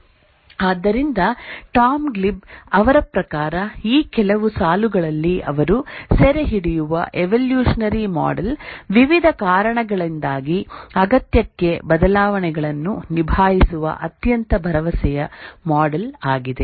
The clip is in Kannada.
" ಆದ್ದರಿಂದ ಟಾಮ್ ಗ್ಲಿಬ್ ಅವರ ಪ್ರಕಾರ ಈ ಕೆಲವು ಸಾಲುಗಳಲ್ಲಿ ಅವರು ಸೆರೆಹಿಡಿಯುವ ಎವೊಲ್ಯೂಷನರಿ ಮಾಡೆಲ್ ವಿವಿಧ ಕಾರಣಗಳಿಂದಾಗಿ ಅಗತ್ಯಕ್ಕೆ ಬದಲಾವಣೆಗಳನ್ನು ನಿಭಾಯಿಸುವ ಅತ್ಯಂತ ಭರವಸೆಯ ಮಾಡೆಲ್ ಆಗಿದೆ